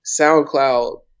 SoundCloud